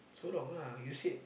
so long lah you said